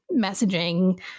messaging